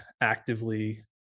actively